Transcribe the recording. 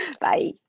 Bye